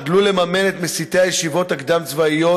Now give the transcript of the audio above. חדלו לממן את מסיתי הישיבות הקדם-צבאיות.